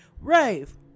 Rave